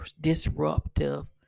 disruptive